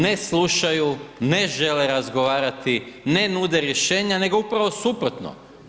Ne slušaju, ne žele razgovarati, ne nude rješenja, nego upravo suprotno.